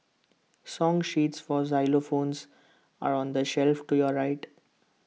song sheets for xylophones are on the shelf to your right